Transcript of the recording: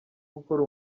gukora